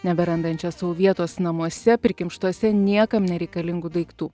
neberandančia sau vietos namuose prikimštuose niekam nereikalingų daiktų